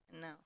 no